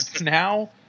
now